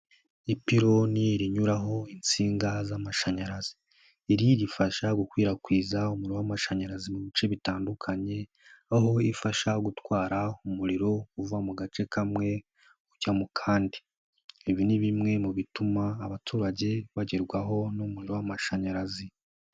Ipironi rinyuraho insinga z'amashanyarazi. Iri rifasha gukwirakwiza umuriro w'amashanyarazi mu bice bitandukanye, aho ifasha gutwara umuriro uva mu gace kamwe ujya mu kandi. Ibi ni bimwe mu bituma abaturage bagerwaho n'umuriro w'amashanyarazi.